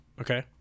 okay